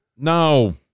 No